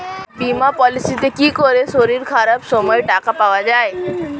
বীমা পলিসিতে কি করে শরীর খারাপ সময় টাকা পাওয়া যায়?